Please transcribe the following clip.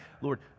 Lord